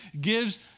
gives